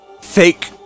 fake